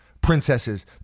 princesses